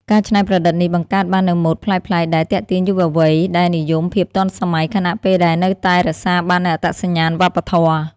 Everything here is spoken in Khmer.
ការច្នៃប្រឌិតនេះបង្កើតបាននូវម៉ូដប្លែកៗ ដែល ទាក់ទាញយុវវ័យ ដែលនិយមភាពទាន់សម័យ ខណៈពេលដែលនៅតែរក្សាបាននូវអត្តសញ្ញាណវប្បធម៌។